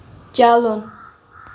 چلُن